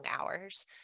hours